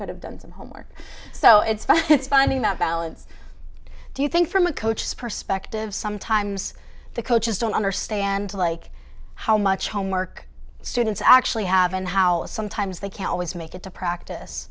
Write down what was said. could have done some homework so it's fun finding that balance do you think from a coach spur specht of sometimes the coaches don't understand like how much homework students actually have and how sometimes they can always make it to practice